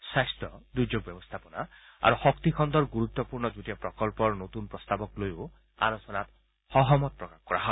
স্বাস্থ্য দুৰ্যোগ ব্যৱস্থাপনা আৰু শক্তিখণ্ডৰ গুৰুত্পূৰ্ণ যুটীয়া প্ৰকল্পৰ নতুন প্ৰস্তাৱক লৈও আলোচনাত সহমত প্ৰকাশ কৰা হয়